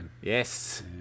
Yes